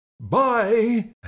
Bye